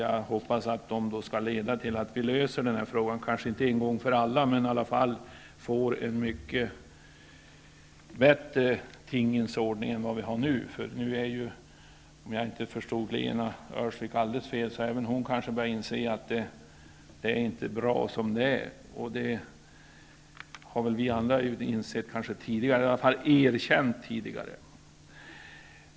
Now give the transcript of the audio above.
Jag hoppas att de då skall leda till att vi löser dessa frågor, kanske inte en gång för alla men i varje fall så att vi får en mycket bättre tingens ordning än vi har nu. Om jag inte förstod Lena Öhrsvik alldeles fel, börjar kanske även hon inse att det inte är bra som det är; det har vi väl i alla fall erkänt tidigare.